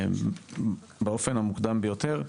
באופן המוקדם ביותר,